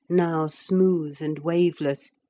now smooth and waveless,